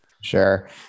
Sure